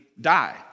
die